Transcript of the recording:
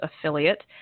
affiliate